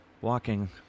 walking